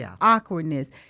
awkwardness